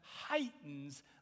heightens